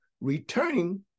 Returning